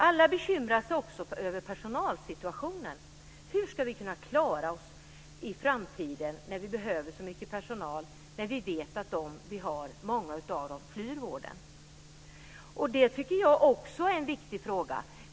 Alla bekymrar sig också över personalsituationen: Hur ska vi kunna klara oss i framtiden när vi behöver så mycket personal när vi vet att många av dem som vi har flyr vården? Det tycker jag också är en viktig fråga.